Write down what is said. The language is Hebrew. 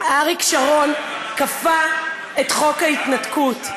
אריק שרון כפה את חוק ההתנתקות,